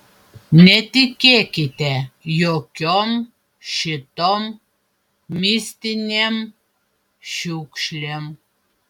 netikėkite jokiom šitom mistinėm šiukšlėm